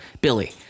Billy